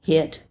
Hit